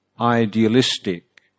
idealistic